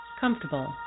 comfortable